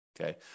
okay